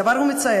הדבר הוא מצער,